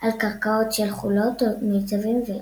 על קרקעות של חולות מיוצבים ולס.